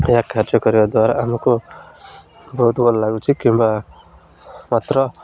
ଏହା କାର୍ଯ୍ୟ କରିବା ଦ୍ୱାରା ଆମକୁ ବହୁତ ଭଲ ଲାଗୁଛି କିମ୍ବା ମାତ୍ର